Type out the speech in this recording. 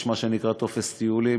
יש מה שנקרא "טופס טיולים",